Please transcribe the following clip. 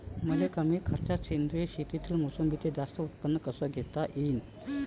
मले कमी खर्चात सेंद्रीय शेतीत मोसंबीचं जास्त उत्पन्न कस घेता येईन?